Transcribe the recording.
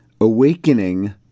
awakening